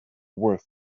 worth